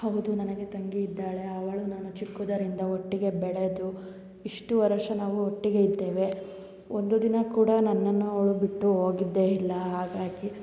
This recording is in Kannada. ಹೌದು ನನಗೆ ತಂಗಿ ಇದ್ದಾಳೆ ಅವಳು ನಾನು ಚಿಕ್ಕಂದಿರಿಂದ ಒಟ್ಟಿಗೆ ಬೆಳೆದು ಇಷ್ಟು ವರುಷ ನಾವು ಒಟ್ಟಿಗೆ ಇದ್ದೇವೆ ಒಂದು ದಿನ ಕೂಡ ನನ್ನನ್ನು ಅವ್ಳು ಬಿಟ್ಟು ಹೋಗಿದ್ದೇ ಇಲ್ಲ ಹಾಗಾಗಿ